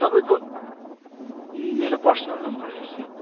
तपाईँको मेरो personal number हो यो चाहिँ